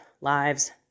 lives